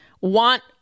want